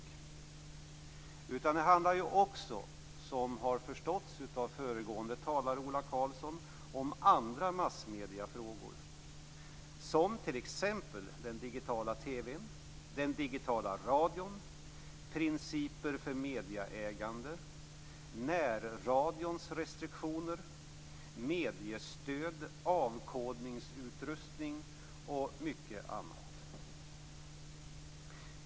Betänkandet handlar också om, som man kunde förstå av Ola Karlssons anförande, andra massmediefrågor, t.ex. den digitala TV:n, den digitala radion, principer för medieägande, närradions restriktioner, mediestöd, avkodningsutrustning och mycket annat.